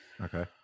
Okay